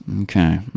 okay